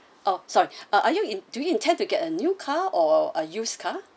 ah sorry ah are you in~ do you intend to get a new car or a used car